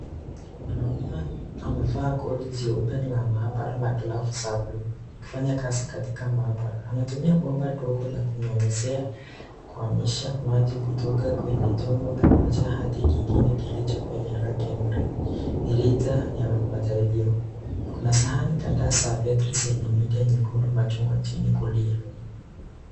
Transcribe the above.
Mwanaume amevaa koti jeupe la maabara na glafsi za blue kufanya kazi katika maabara anatumia boga la kunyonyezea kuhamisha maji kutoka kwenye chombo kimoja hadi kingine, kiliko kwenye rangi la majaribio, masahani kadhaa za betri chini lenye machungwa.